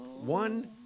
One